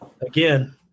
again